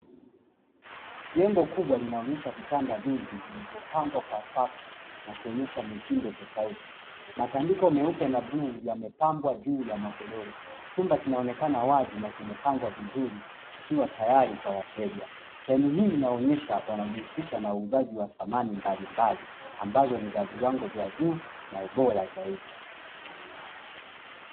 Jengo kubwa linaonyesha vitanda vingi vilivyopangwa kwa safu na kuonyesha mitindo tofauti. Matandiko meupe na bluu yamepambwa juu ya magodoro. Chumba kinaonekana wazi na kimepangwa vizuri kikiwa tayari kwa wateja. Sehemu hii inaonyesha wanajihusisha na uuzaji wa samani mbalimbali ambazo ni za viwango vya juu na ubora zaidi.